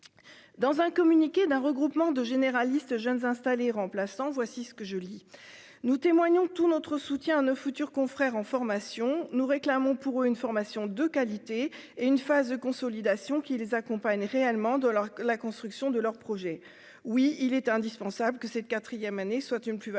dans un communiqué d'un regroupement de généralistes jeunes installés, remplaçant, voici ce que je lis, nous témoignons tout notre soutien à nos futurs confrères en formation, nous réclamons pour une formation de qualité et une phase de consolidation qui les accompagne réellement de leur la construction de leur projet, oui il est indispensable que cette 4ème année soit une plus-Value